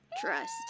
Trust